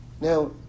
now